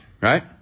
right